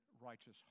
righteous